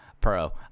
pro